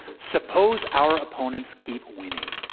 suppose our opponents keep winning.